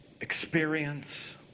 experience